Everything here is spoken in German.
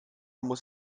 muss